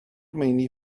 meini